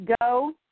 Go